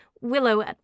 Willow